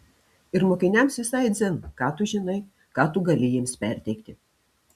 ir mokiniams visai dzin ką tu žinai ką tu gali jiems perteikti